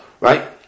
Right